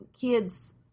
kids